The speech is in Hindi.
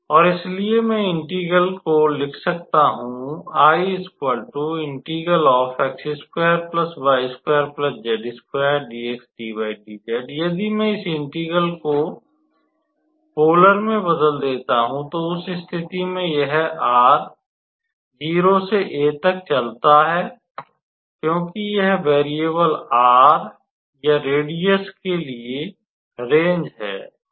और इसलिए मैं इंटेग्रल को लिख सकता हूँ यदि मैं इस इंटेग्रल को पोलर में बदल देता हूं तो उस स्थिति में यह r 0 से a तक चलता है क्योंकि यह वेरियेबल r या त्रिज्या के लिए रेंज है